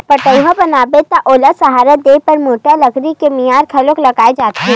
पठउहाँ बनाबे त ओला सहारा देय बर मोठ लकड़ी के मियार घलोक लगाए जाथे